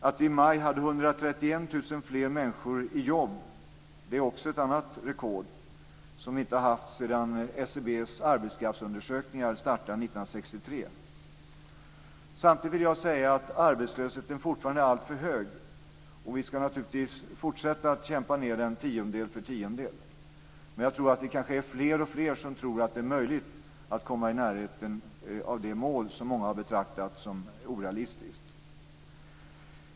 Att vi i maj hade 131 000 fler människor i jobb är ett annat rekord. Det har vi inte haft sedan SCB:s arbetskraftsundersökningar startade 1963. Samtidigt vill jag säga att arbetslösheten fortfarande är alltför hög, och vi skall naturligtvis fortsätta att kämpa ned den tiondel för tiondel. Men jag tror att fler och fler tror att det är möjligt att komma i närheten av det mål som många har betraktat som orealistiskt.